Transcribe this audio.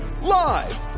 Live